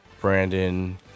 Brandon